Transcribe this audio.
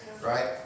right